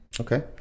Okay